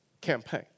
campaign